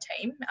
team